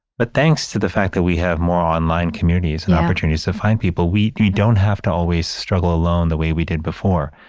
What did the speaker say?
but thanks to the fact that we have more online communities and opportunities to find people, we, we don't have to always struggle alone the way we did before.